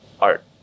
art